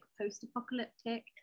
post-apocalyptic